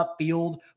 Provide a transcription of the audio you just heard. upfield